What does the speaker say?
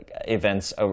events